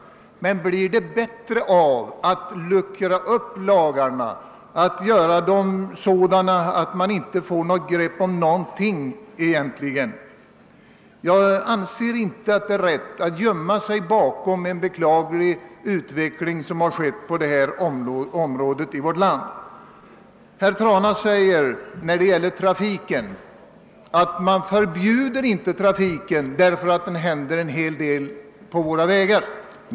Men blir det bätt Te av att man luckrar upp lagarna och gör dem sådana att man egentligen inte får något grepp om någonting? Jag an :ser inte att det är rätt att gömma sig bakom en beklaglig utveckling, som har skett på detta område i vårt land. Herr Trana säger att man inte förbjuder trafiken fastän det händer en hel del olyckor på våra vägar.